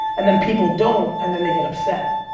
and then people don't, and then they get upset.